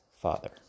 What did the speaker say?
Father